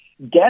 get